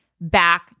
back